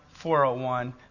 401